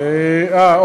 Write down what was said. אה,